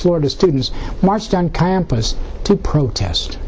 florida students marched on campus to protest